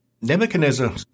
Nebuchadnezzar